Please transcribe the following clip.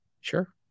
sure